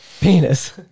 Penis